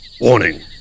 Warning